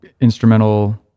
instrumental